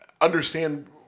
understand